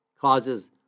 causes